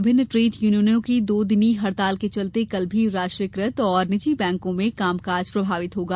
विभिन्न ट्रेड यूनियनों की दो दिनी हड़ताल के चलते कल भी राष्ट्रीयकृत और निजी बैंकों में कामकाज प्रभावित होगा